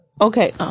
okay